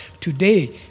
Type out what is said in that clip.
today